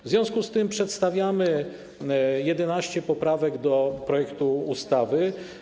W związku z tym przedstawiamy 11 poprawek do projektu ustawy.